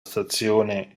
stazione